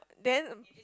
then